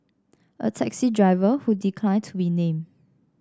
a taxi driver who declined to be named